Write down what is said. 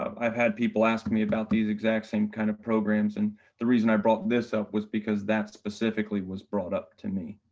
um i've had people ask me about these exact same kind of programs and the reason i brought this up was because that specifically was brought up to me.